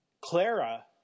Clara